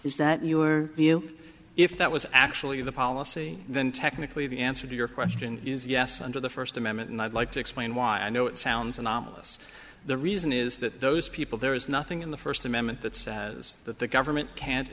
is that you were you if that was actually the policy then technically the answer to your question is yes under the first amendment and i'd like to explain why i know it sounds anomalous the reason is that those people there is nothing in the first amendment that says that the government can't